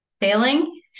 Failing